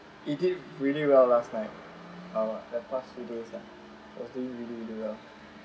he did really well last night our that pass few days lah he was doing really do well